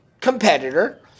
competitor